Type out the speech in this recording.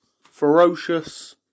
Ferocious